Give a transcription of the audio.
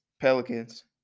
Pelicans